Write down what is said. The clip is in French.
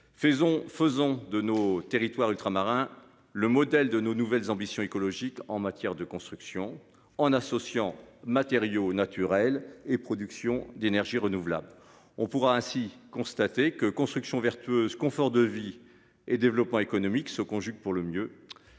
faisons de nos territoires ultramarins. Le modèle de nos nouvelles ambitions écologiques en matière de construction en associant matériaux naturels et production d'énergie renouvelable. On pourra ainsi constater que construction vertueuse confort de vie et développement économique se conjugue pour le mieux.